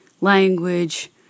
language